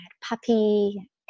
puppy